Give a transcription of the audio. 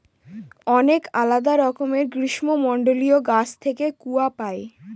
অনেক আলাদা রকমের গ্রীষ্মমন্ডলীয় গাছ থেকে কূয়া পাই